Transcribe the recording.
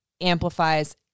amplifies